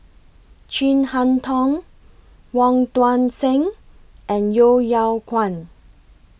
Chin Harn Tong Wong Tuang Seng and Yeo Yeow Kwang